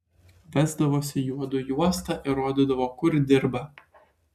vesdavosi juodu į uostą ir rodydavo kur dirba